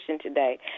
today